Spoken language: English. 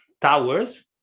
towers